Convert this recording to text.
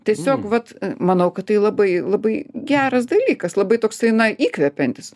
tiesiog vat manau kad tai labai labai geras dalykas labai toksai na įkvepiantis